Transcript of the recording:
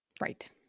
Right